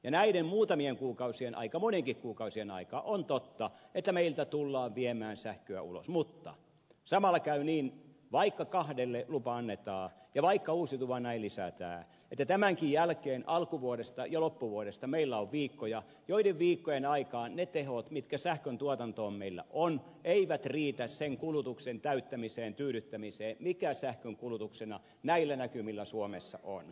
ja on totta että näiden muutamien kuukausien aikana monenkin kuukauden aikana meiltä tullaan viemään sähköä ulos mutta samalla käy niin että vaikka kahdelle lupa annetaan ja vaikka uusiutuvaa näin lisätään niin tämänkin jälkeen alkuvuodesta ja loppuvuodesta meillä on viikkoja joiden viikkojen aikaan ne tehot mitkä sähköntuotantoon meillä on eivät riitä sen sähkönkulutuksen täyttämiseen tyydyttämiseen mikä näillä näkymillä suomessa on